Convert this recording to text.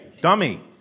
dummy